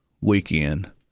weekend